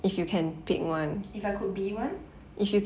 if I could be one